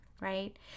right